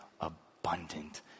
abundant